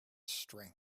strength